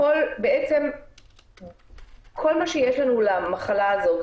בעצם כל מה שיש לנו למחלה הזאת,